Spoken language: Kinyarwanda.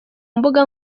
mbuga